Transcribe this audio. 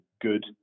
good